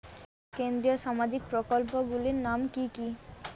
কেন্দ্রীয় সামাজিক প্রকল্পগুলি নাম কি কি?